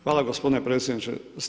Hvala gospodine predsjedniče.